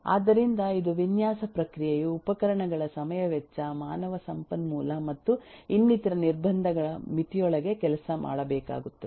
ಆದ್ದರಿಂದ ಇದು ವಿನ್ಯಾಸ ಪ್ರಕ್ರಿಯೆಯು ಉಪಕರಣಗಳ ಸಮಯ ವೆಚ್ಚ ಮಾನವ ಸಂಪನ್ಮೂಲ ಮತ್ತು ಇನ್ನಿತರ ನಿರ್ಬಂಧಗಳ ಮಿತಿಯೊಳಗೆ ಕೆಲಸ ಮಾಡಬೇಕಾಗುತ್ತದೆ